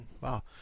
Wow